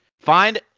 Find